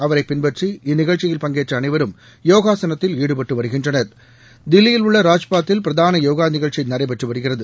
அவரை பின்பற்றி இந்நிகழ்ச்சியில் பங்கேற்ற அனைவரும் யோகாசனத்தில் ஈடுபட்டு வருகின்றனர் தில்லியில் உள்ள ராஜ்பாத்தில் பிரதாள போகா நிகழ்ச்சி நடைபெற்று வருகிறது